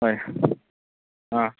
ꯍꯣꯏ ꯑꯥ